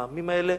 העמים האלה